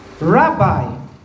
Rabbi